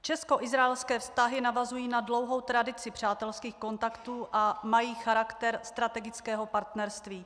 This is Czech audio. Českoizraelské vztahy navazují na dlouhou tradici přátelských kontaktů a mají charakter strategického partnerství.